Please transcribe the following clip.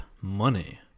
Money